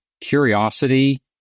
curiosity